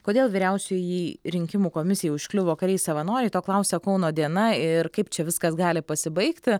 kodėl vyriausiajai rinkimų komisijai užkliuvo kariai savanoriai to klausia kauno diena ir kaip čia viskas gali pasibaigti